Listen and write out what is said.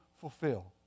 fulfill